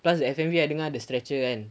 plus the F_M_V dengan the stretcher kan